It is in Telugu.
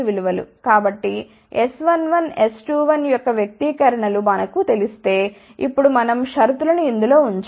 కాబట్టి S11 S21యొక్క వ్యక్తీకరణ లు మనకు తెలిస్తే ఇప్పుడు మనం షరతు లను ఇందులో ఉంచాలి